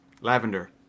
lavender